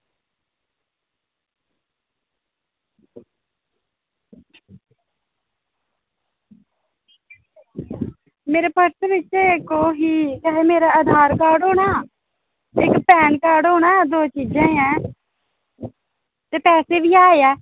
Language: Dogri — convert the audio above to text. मेरे पर्स बिच्च इक ओह् ही केह् आखदे मेरा आधार कार्ड होना इक पैन कार्ड होना दो चीज़ां गै हैन ते पैसे बी ऐ हे आ